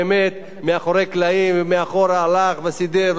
מאחורי הקלעים הלך וסידר,